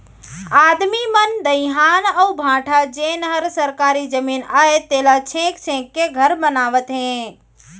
आदमी मन दइहान अउ भाठा जेन हर सरकारी जमीन अय तेला छेंक छेंक के घर बनावत हें